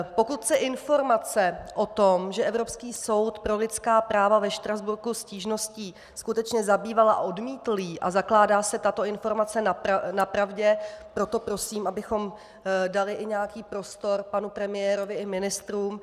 Pokud se informace o tom, že se Evropský soud pro lidská práva ve Štrasburku stížností skutečně zabýval a odmítl ji, zakládá se tato informace na pravdě, proto prosím, abychom dali i nějaký prostor panu premiérovi i ministrům.